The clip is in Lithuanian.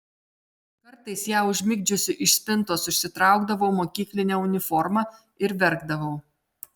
kartais ją užmigdžiusi iš spintos išsitraukdavau mokyklinę uniformą ir verkdavau